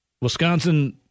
Wisconsin